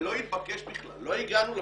זה לא התבקש בכלל, לא הגענו לשלב,